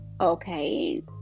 okay